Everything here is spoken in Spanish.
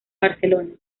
barcelona